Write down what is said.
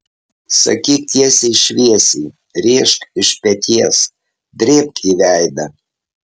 sakyk tiesiai šviesiai rėžk iš peties drėbk į veidą